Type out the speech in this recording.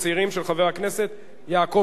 של חבר הכנסת יעקב אדרי.